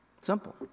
Simple